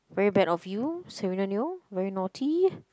very bad of you on you very naughty